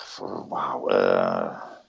Wow